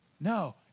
No